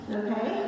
okay